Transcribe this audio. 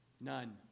None